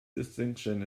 distinction